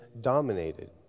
dominated